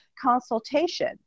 consultation